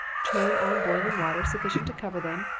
turn on boiling water sufficient to cover them,